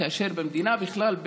כאשר במדינה בכלל,